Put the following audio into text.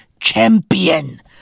champion